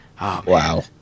Wow